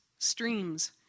streams